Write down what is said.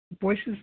voices